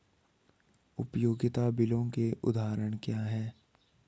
उपयोगिता बिलों के उदाहरण क्या हैं?